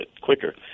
quicker